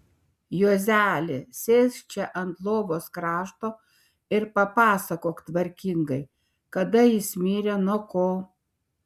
juozeli sėsk čia ant lovos krašto ir papasakok tvarkingai kada jis mirė nuo ko